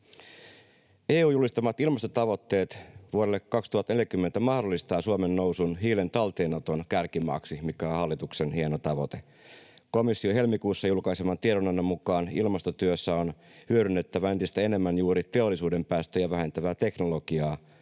EU:n julistamat ilmastotavoitteet vuodelle 2040 mahdollistavat Suomen nousun hiilen talteenoton kärkimaaksi, mikä on hallituksen hieno tavoite. Komission helmikuussa julkaiseman tiedonannon mukaan ilmastotyössä on hyödynnettävä entistä enemmän juuri teollisuuden päästöjä vähentävää teknologiaa,